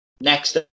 Next